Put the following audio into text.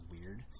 weird